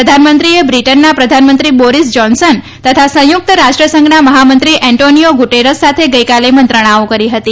પ્રધાનમંત્રીએ બ્રીટનના પ્રધાનમંત્રી બોરીસ જાન્સન તથા સંયુક્ત રાષ્ટ્રસંઘના મહામંત્રી એન્ટોનીઓ ગુટેરસ સાથે ગઈકાલે મંત્રણાઓ કરી છે